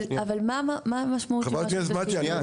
אבל מה המשמעות --- חברת הכנסת מטי --- שנייה,